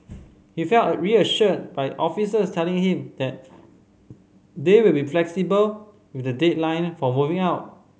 he felt reassured by officers telling him that they will be flexible with the deadline for moving out